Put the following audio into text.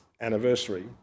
anniversary